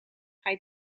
hij